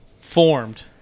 formed